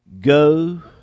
go